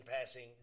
passing